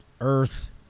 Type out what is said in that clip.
earth